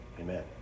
Amen